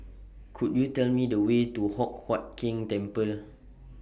Could YOU Tell Me The Way to Hock Huat Keng Temple